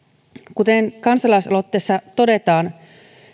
kuten kansalaisaloitteessa todetaan